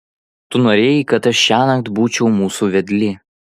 tu norėjai kad aš šiąnakt būčiau mūsų vedlė